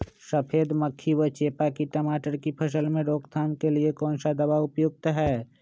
सफेद मक्खी व चेपा की टमाटर की फसल में रोकथाम के लिए कौन सा दवा उपयुक्त है?